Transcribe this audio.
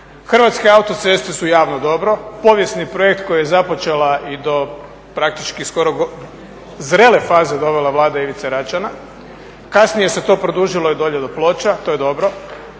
Hrvatske autoceste su javno dobro. Povijesni projekt koji je započela i do praktički skoro zrele faze dovela Vlada Ivice Račana. Kasnije se to produžilo dolje i do Ploča, to je dobro.